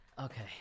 okay